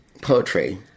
poetry